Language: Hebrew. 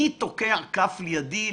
מי תוקע כף לידי,